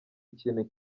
ikintu